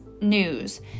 news